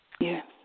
Yes